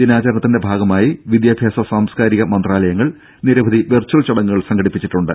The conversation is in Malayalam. ദിനാചരണത്തിന്റെ ഭാഗമായി വിദ്യാഭ്യാസ സാംസ്കാരിക മന്ത്രാലയങ്ങൾ നിരവധി വെർച്വൽ ചടങ്ങുകൾ സംഘടിപ്പിച്ചിട്ടുണ്ട്